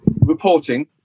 reporting